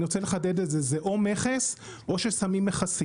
אני רוצה לחדד את זה, זה או מכס או ששמים מכסות.